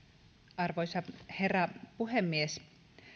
arvoisa herra puhemies